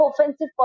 offensive